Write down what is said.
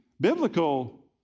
biblical